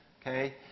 okay